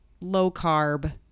low-carb